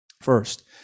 First